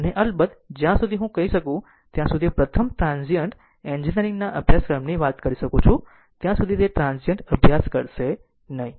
અને અલબત્ત જ્યાં સુધી હું કહી શકું ત્યાં સુધી પ્રથમ ટ્રાન્ઝીયન્ટ એન્જિનિયરિંગના અભ્યાસક્રમની વાત કરી શકું ત્યાં સુધી તે ટ્રાન્ઝીયન્ટ અભ્યાસ કરશે નહીં